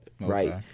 right